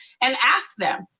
and ask them.